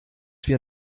wir